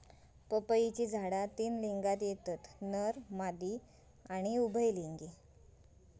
पपईची झाडा तीन लिंगात येतत नर, मादी आणि उभयलिंगी